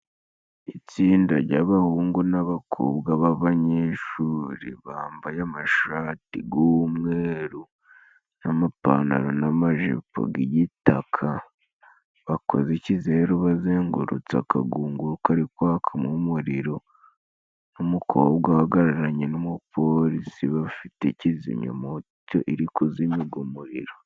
Itsinda jy'abahungu n'abakobwa b'abanyeshuri, bambaye amashati gw'umweru n'amapantalo n'amajipo g'igitaka, bakoze ikizeru bazengurutse akagunguru kari kwaka mo umuriro, n'umukobwa uhagararanye n'umupolisi bafite kizimyamoto, iri kuzimya ugwo muriro.